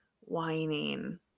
whining